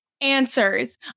answers